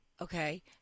Okay